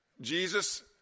Jesus